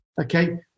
okay